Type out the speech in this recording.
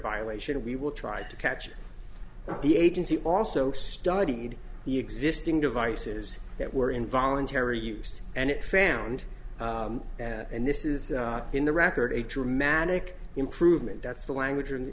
violation we will try to catch the agency also studied the existing devices that were involuntary use and it found and this is in the record a dramatic improvement that's the language and